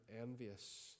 envious